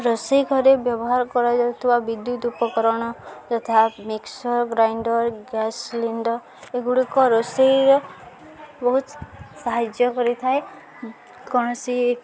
ରୋଷେଇ ଘରେ ବ୍ୟବହାର କରାଯାଉଥିବା ବିଦ୍ୟୁତ ଉପକରଣ ଯଥା ମିକ୍ସର ଗ୍ରାଇଣ୍ଡର ଗ୍ୟାସ୍ ସିଲିଣ୍ଡର୍ ଏଗୁଡ଼ିକ ରୋଷେଇର ବହୁତ ସାହାଯ୍ୟ କରିଥାଏ କୌଣସି